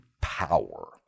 power